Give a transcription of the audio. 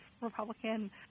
Republican